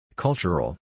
Cultural